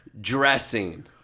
Dressing